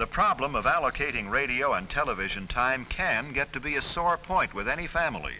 the problem of allocating radio and television time can get to be a sore point with any family